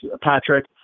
Patrick